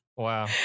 Wow